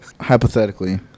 hypothetically